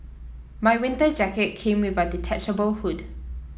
my winter jacket came with a detachable hood